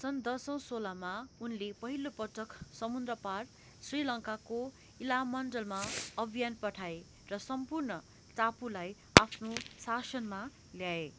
सन् दसौँ सोह्रमा उनले पहिलो पटक समुद्रपार श्रीलङ्काको इलामन्डलममा अभियान पठाए र सम्पूर्ण टापुलाई आफ्नो शासनमा ल्याए